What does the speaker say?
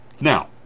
Now